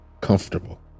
comfortable